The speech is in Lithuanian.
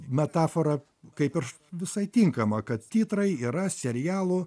metafora kaip aš visai tinkama kad titrai yra serialų